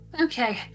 Okay